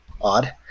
odd